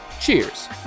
cheers